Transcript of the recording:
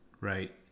right